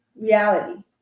reality